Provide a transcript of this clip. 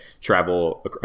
travel